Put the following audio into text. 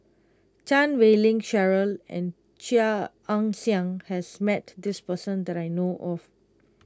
Chan Wei Ling Cheryl and Chia Ann Siang has met this person that I know of